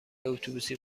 اتوبوسی